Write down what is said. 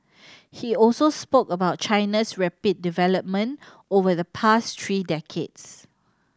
he also spoke about China's rapid development over the past three decades